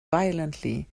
violently